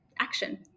action